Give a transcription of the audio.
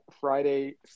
Friday